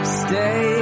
stay